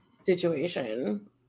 situation